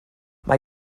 mae